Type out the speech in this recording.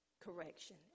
correction